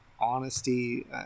honesty